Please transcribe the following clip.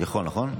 יכול, נכון?